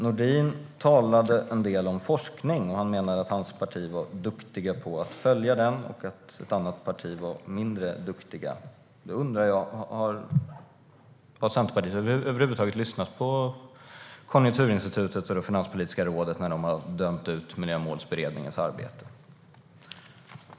Nordin talade en del om forskning. Han menade att hans parti var duktigt på att följa den och att ett annat parti var mindre duktigt. Jag undrar för min del om Centerpartiet över huvud taget har lyssnat på Konjunkturinstitutet eller Finanspolitiska rådet när dessa har dömt ut Miljömålsberedningens arbete.